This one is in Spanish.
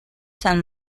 san